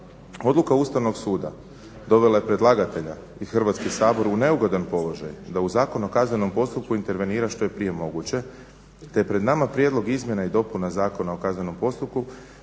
Odluka Ustavnog suda dovela je predlagatelja i Hrvatski sabor u neugodan položaj da u Zakon o kaznenom postupku intervenira što je prije moguće, te je pred nama Prijedlog izmjena i dopuna Zakona o kaznenom postupku